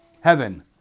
Heaven